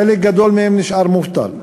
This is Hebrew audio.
חלק גדול מהם נשאר מובטל.